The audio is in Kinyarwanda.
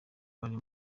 bari